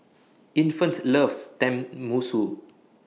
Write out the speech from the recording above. Infant loves Tenmusu